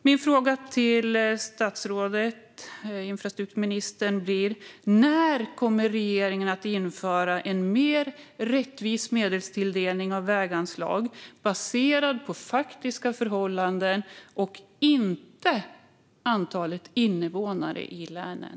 Min fråga till infrastrukturministern är: När kommer regeringen att införa en mer rättvis medelstilldelning av väganslag baserad på faktiska förhållanden och inte på antalet invånare i länen?